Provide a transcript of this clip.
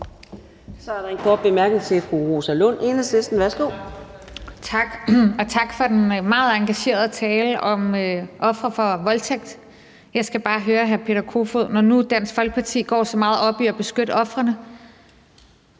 Så er der en kort bemærkning til fru Rosa Lund, Enhedslisten. Værsgo. Kl. 13:01 Rosa Lund (EL): Tak for den meget engagerede tale om ofre for voldtægt. Jeg skal bare høre hr. Peter Kofod om noget. Når nu Dansk Folkeparti går så meget op i at beskytte ofrene,